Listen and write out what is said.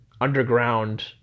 underground